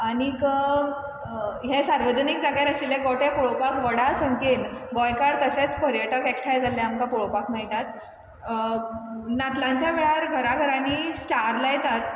आनीक ह्या सार्वजनीक जाग्यार केल्ले गोठे पोळोपाक व्हडा संख्येन गोंयकार तशेंच पर्यटक एकठांय जाल्ले आमकां पोळोपाक मेयटा नातलांच्या वेळार घराघरांनी स्टार लायतात